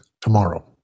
tomorrow